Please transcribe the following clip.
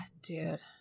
dude